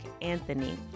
Anthony